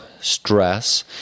stress